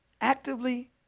Actively